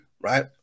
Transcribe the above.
right